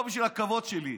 לא בשביל הכבוד שלי,